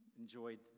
enjoyed